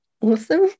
Awesome